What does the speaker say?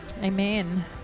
Amen